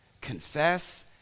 Confess